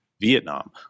Vietnam